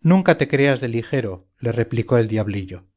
nunca te creas de ligero le replicó el diablillo